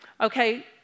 Okay